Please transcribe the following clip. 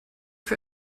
für